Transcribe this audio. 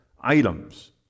items